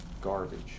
garbage